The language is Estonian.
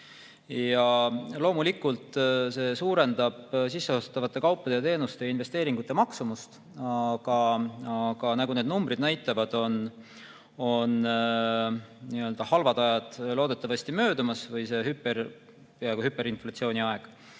Loomulikult see suurendab sisseostetavate kaupade ja teenuste ning investeeringute maksumust, aga nagu need numbrid näitavad, on halvad ajad, see peaaegu hüperinflatsiooni aeg